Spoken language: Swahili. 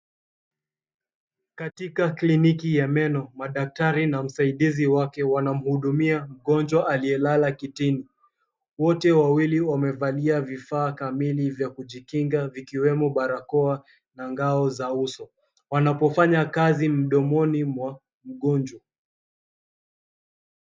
Katika kliniki ya meno, madaktari na msaidizi wake wanamhudumia mgonjwa aliyelala kitini. Wote wawili wamevalia vifaa kamili vya kujikinga vikiwemo barakoa, na ngao za uso, wanapofanya kazi mdomoni mwa mgonjwa.